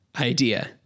Idea